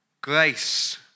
Grace